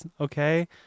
okay